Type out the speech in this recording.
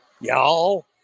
Y'all